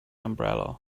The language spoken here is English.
umbrella